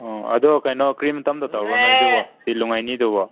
ꯑꯣ ꯑꯗꯣ ꯀꯩꯅꯣ ꯀꯔꯤ ꯃꯇꯝꯗ ꯇꯧꯕ꯭ꯔꯥ ꯅꯣꯏꯗꯨꯕꯨ ꯁꯤ ꯂꯨꯏꯉꯥꯏꯅꯤꯗꯨꯕꯨ